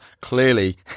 clearly